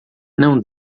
não